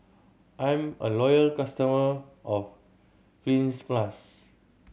I'm a loyal customer of Cleanz Plus